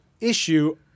issue